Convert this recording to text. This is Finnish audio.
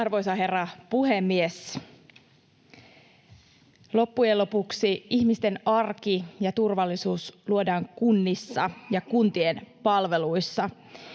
Arvoisa herra puhemies! Loppujen lopuksi ihmisten arki ja turvallisuus luodaan kunnissa ja kuntien palveluissa.